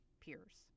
peers